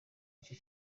icyo